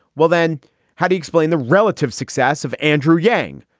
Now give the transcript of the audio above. well, then how to explain the relative success of andrew yang?